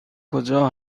کجا